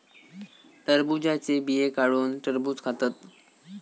टरबुजाचे बिये काढुन टरबुज खातत